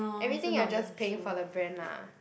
everything you're just paying for the brand lah